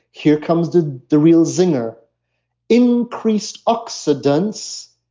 here comes to the real zinger increased oxidants,